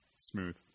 Smooth